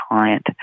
client